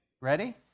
Ready